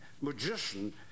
magician